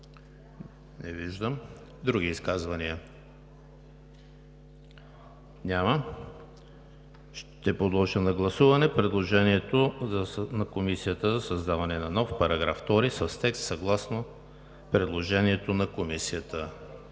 Не виждам. Други изказвания? Няма. Ще подложа на гласуване предложението на Комисията за създаване на нов § 2 с текст съгласно предложението на Комисията.